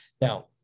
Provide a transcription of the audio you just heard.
Now